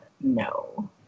no